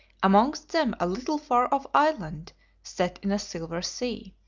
amongst them a little far-off island set in a silver sea.